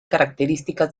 características